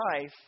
life